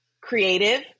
creative